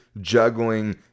juggling